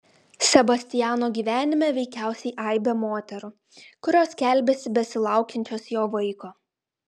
sebastiano gyvenime veikiausiai aibė moterų kurios skelbiasi besilaukiančios jo vaiko